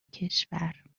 کشور